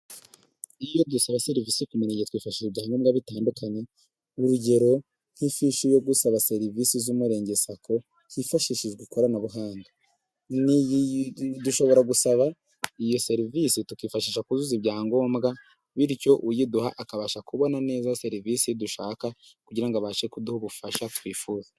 Iyo dusaba serivisi ku murenge, twifashisha ibyangombwa bitandukanye, urugero nk’ifishi, yo gusaba serivisi z’Umurenge Sacco. Hifashishijwe ikoranabuhanga, dushobora gusaba iyo serivisi tukifashisha kuzuza ibyangombwa. Bityo, uyiduha akabasha kubona neza serivisi dushaka, kugira ngo abashe kuduha ubufasha twifuza.